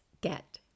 get